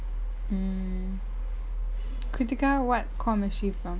mm krithika what comm is she from